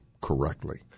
correctly